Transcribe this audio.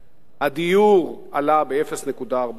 הדיור עלה ב-0.4%